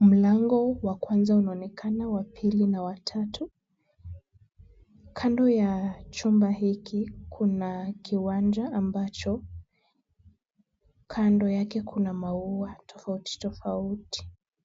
Mlango wa kwanza unaonekana, wa pili na wa tatu. Kando ya chumba hiki kuna kiwanja ambacho kando yake kuna maua tofauti tofauti.